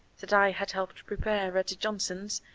that i had helped prepare at the johnsons',